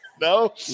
No